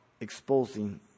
Exposing